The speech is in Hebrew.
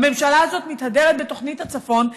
הממשלה הזאת מתהדרת בתוכנית הצפון,